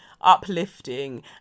uplifting